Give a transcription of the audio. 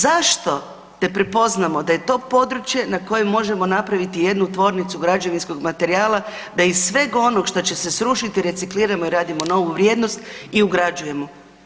Zašto ne prepoznamo da je to područje na kojem možemo napraviti jednu tvornicu građevinskog materijala da iz sveg onog što će se srušiti, recikliramo i radimo novu vrijednost i ugrađujemo.